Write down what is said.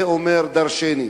זה אומר דורשני.